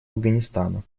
афганистана